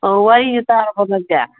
ꯑꯣ ꯑꯩ ꯃꯇꯥꯏ ꯐꯝꯃꯒꯦ